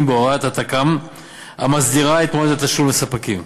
בהוראת התכ"ם המסדירה את מועד התשלום לספקים.